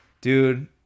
Dude